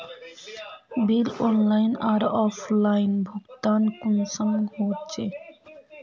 Bill online आर offline भुगतान कुंसम होचे?